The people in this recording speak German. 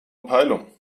peilung